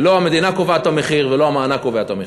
לא המדינה קובעת את המחיר ולא המענק קובע את המחיר.